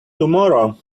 tomorrow